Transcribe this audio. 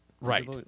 Right